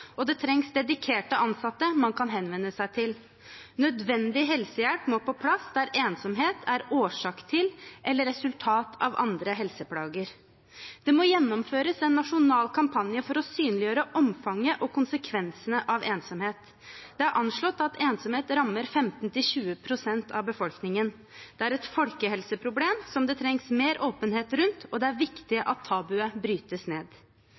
og det trengs dedikerte ansatte man kan henvende seg til. Nødvendig helsehjelp må på plass, der ensomhet er årsak til eller resultat av andre helseplager. Det må gjennomføres en nasjonal kampanje for å synliggjøre omfanget og konsekvensene av ensomhet. Det er anslått at ensomhet rammer 15–20 pst. av befolkningen. Det er et folkehelseproblem som det trengs mer åpenhet rundt, og det er viktig at tabuet brytes ned.